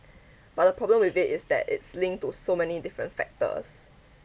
but the problem with it is that it's linked to so many different factors